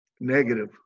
negative